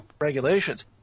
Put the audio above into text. Regulations